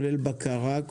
כולל בקרה,